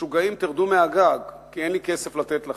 משוגעים, תרדו מהגג, כי אין לי כסף לתת לכם.